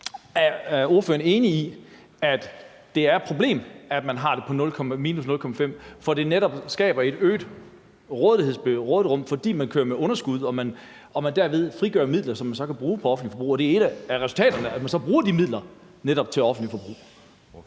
Er ordføreren enig i, at det er et problem, at man har det på minus 0,5 pct., for at det netop skaber et øget råderum, fordi man kører med underskud, og man derved frigør midler, som man så kan bruge på offentligt forbrug, og at det er et af resultaterne, at man så bruger de midler netop til offentligt forbrug?